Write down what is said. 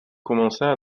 commença